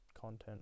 content